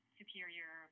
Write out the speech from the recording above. superior